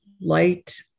light